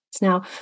Now